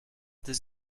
does